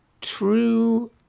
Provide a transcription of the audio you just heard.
true